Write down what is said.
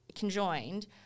conjoined